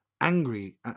angry